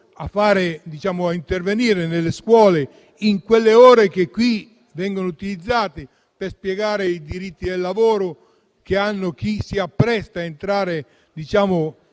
a intervenire nelle scuole nelle ore che vengono utilizzate per spiegare i diritti del lavoro a chi si appresta a entrare nel mondo